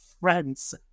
Friend's